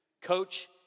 Coach